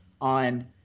on